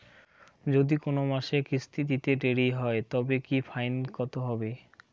যদি কোন মাসে কিস্তি দিতে দেরি হয় তবে কি ফাইন কতহবে?